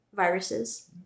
viruses